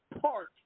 park